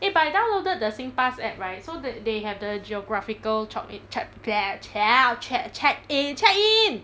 eh but I downloaded the singpass app right so the they have the geographical chock in check bleah chow che~ chec~ check in